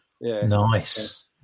Nice